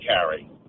carry